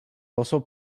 also